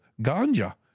ganja